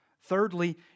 Thirdly